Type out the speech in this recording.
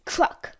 Truck।